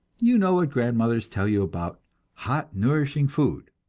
you know what grandmothers tell you about hot nourishing food